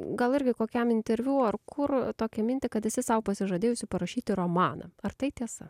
gal irgi kokiam interviu ar kur tokią mintį kad esi sau pasižadėjusi parašyti romaną ar tai tiesa